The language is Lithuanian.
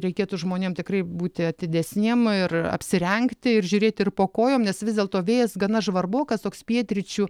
reikėtų žmonėm tikrai būti atidesniem ir apsirengti ir žiūrėti ir po kojom nes vis dėlto vėjas gana žvarbokas toks pietryčių